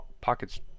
pockets